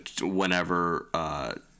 whenever –